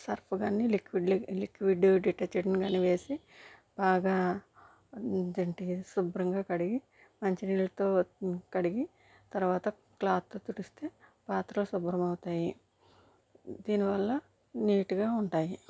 Surf కానీ liquid లి liquid డిటర్జెంట్ని కానీ వేసి బాగా ఇది ఏంటి శుభ్రంగా కడిగి మంచినీళ్ళతో కడిగి తర్వాత క్లాత్తో తుడిస్తే పాత్రలు శుభ్రం అవుతాయి దీనివల్ల నీటుగా ఉంటాయి